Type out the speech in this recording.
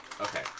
Okay